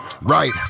right